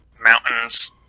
mountains